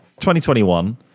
2021